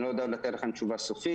אני לא יודע אם לתת לכם תשובה סופית.